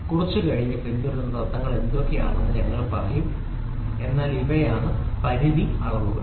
കുറച്ച് കഴിഞ്ഞ് പിന്തുടരുന്ന തത്ത്വങ്ങൾ എന്താണെന്ന് ഞങ്ങൾ പറയും എന്നാൽ ഇവയാണ് പരിധി അളവുകൾ